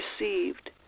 received